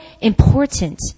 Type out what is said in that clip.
important